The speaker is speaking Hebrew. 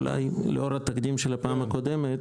אולי לאור התקדים של הפעם הקודמת,